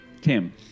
Tim